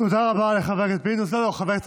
תביאו תוכנית כלכלית אמתית.